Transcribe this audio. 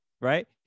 right